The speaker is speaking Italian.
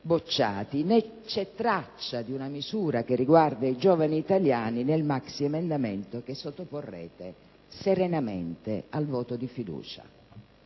bocciati. Né c'è traccia di una misura riguardante i giovani italiani nel maxiemendamento che sottoporrete, serenamente, al voto di fiducia.